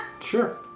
Sure